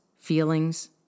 feelings